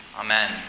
Amen